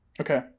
Okay